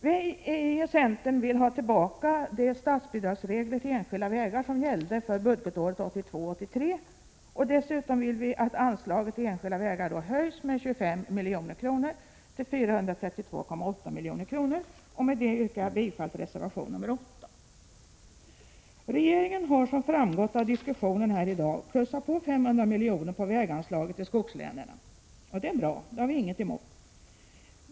Vi i centern vill ha tillbaka de statsbidragsregler för enskilda vägar som gällde för budgetåret 1982/83, och dessutom vill vi att anslaget till enskilda vägar höjs med 25 milj.kr. till 432,8 milj.kr. Med det yrkar jag bifall till reservation 8. Regeringen har, som framgått av diskussionen här i dag, plussat på 500 miljoner på väganslaget till skogslänen, och det är bra. Det har vi inget emot.